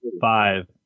five